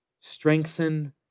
strengthen